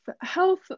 health